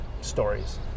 stories